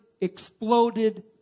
exploded